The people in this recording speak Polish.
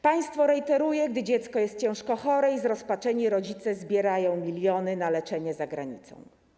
Państwo rejteruje, gdy dziecko jest ciężko chore i gdy zrozpaczeni rodzice zbierają miliony na leczenie za granicą.